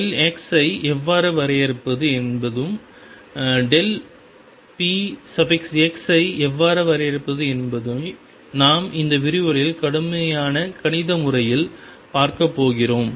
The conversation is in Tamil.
x ஐ எவ்வாறு வரையறுப்பது என்பதும் px ஐ எவ்வாறு வரையறுப்பது என்பதை நாம் இந்த விரிவுரையில் கடுமையான கணித முறையில் பார்க்கப் போகிறோம்